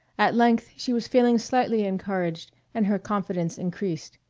at length she was feeling slightly encouraged and her confidence increased.